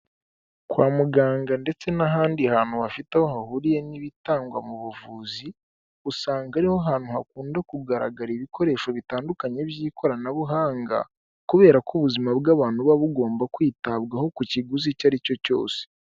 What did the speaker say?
Kwa muganga ndetse n'ahandi hantu bafite aho hahuriye n'ibitangwa mu buvuzi, usanga ariho hantu hakunda kugaragara ibikoresho bitandukanye by'ikoranabuhanga kubera ko ubuzima bw'abantu buba bugomba kwitabwaho ku kiguzi icyo ari cyo cyose.